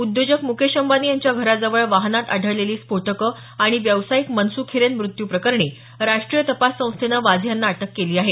उद्योजक मुकेश अंबानी यांच्या घराजवळ वाहनात आढळलेली स्फोटकं आणि व्यावसायिक मनसुख हिरेन मृत्यू प्रकरणी राष्ट्रीय तपास संस्थेनं वाझे यांना अटक केली आहे